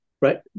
right